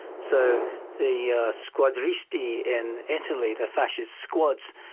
so the squadristi in italy, the fascist squads,